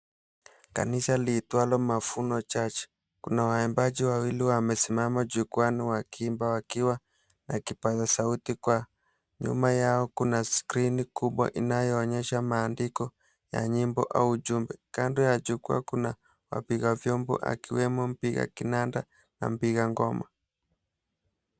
Kanisa liitwalo MAVUNO CHURCH, kuna waimbaji wawili wamesimama jukwaani wakiimba wakiwa na kipaza sauti kwa nyuma yao kuna skrini kubwa inayoonyesha maandiko ya nyimbo au jumbe, kando ya jukwaa kuna wapiga vyombo akiwemo mpiga kinanda na mpiga ngoma.